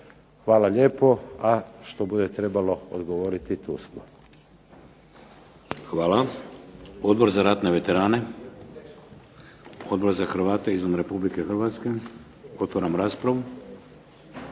Hvala lijepo, a što bude trebalo odgovoriti tu smo. **Šeks, Vladimir (HDZ)** Hvala. Odbor za ratne veterane? Odbor za Hrvate izvan Republike Hrvatske? Otvaram raspravu.